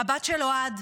הבת של אוהד,